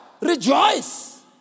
Rejoice